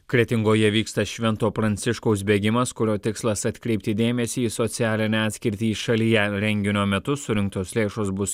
kretingoje vyksta švento pranciškaus bėgimas kurio tikslas atkreipti dėmesį į socialinę atskirtį šalyje renginio metu surinktos lėšos bus